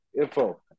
info